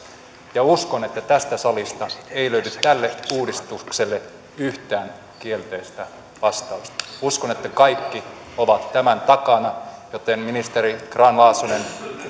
koulupäivään uskon että tästä salista ei löydy tälle uudistukselle yhtään kielteistä vastausta uskon että kaikki ovat tämän takana joten ministeri grahn laasonen